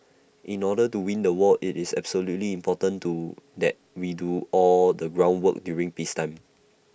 in order to win the war IT is absolutely important to that we do all the groundwork during peacetime